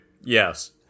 Yes